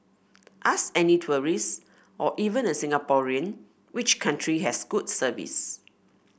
ask any tourist or even a Singaporean which country has good service